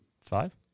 Five